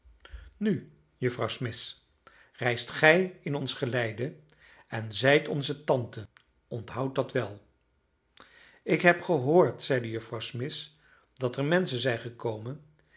nu juffrouw smith reist gij in ons geleide en zijt onze tante onthoud dat wel ik heb gehoord zeide juffrouw smith dat er menschen zijn gekomen